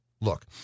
look